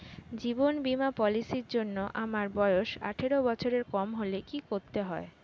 জীবন বীমা পলিসি র জন্যে আমার বয়স আঠারো বছরের কম হলে কি করতে হয়?